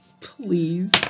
Please